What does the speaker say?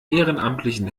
ehrenamtlichen